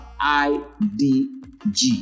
idg